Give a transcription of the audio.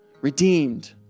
redeemed